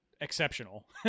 exceptional